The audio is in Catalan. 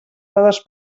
dades